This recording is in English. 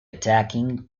attacking